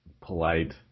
polite